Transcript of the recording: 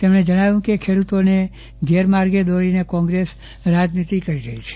તેમણે જજ્ઞાવ્યું કે ખેડૂતોને ગેરમાર્ગે દોરીને કોંગ્રેસ રાજનીતિ કરી રહી છે